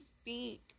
speak